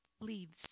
leaves